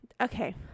okay